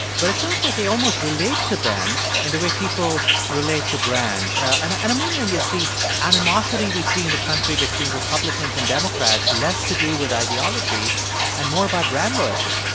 but it sounds like they almost relate to them in the way people relate to brands. and and i'm wondering, is the animosity we see in the country between republicans and democrats less to do with ideology and more about brand loyalty?